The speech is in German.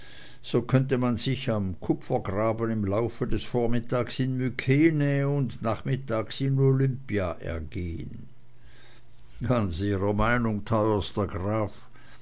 so könnte man sich am kupfergraben im laufe des vormittags in mykenä und nachmittags in olympia ergehn ganz ihrer meinung teuerster graf